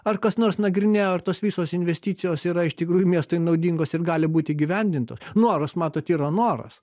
ar kas nors nagrinėjo ar tos visos investicijos yra iš tikrųjų miestui naudingos ir gali būti įgyvendintos noras matot yra noras